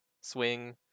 swing